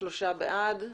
שלושה בעד.